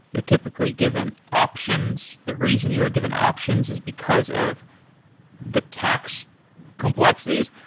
you're typically given options. the reasons you are given options is because of the tax complexities.